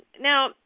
Now